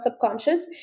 subconscious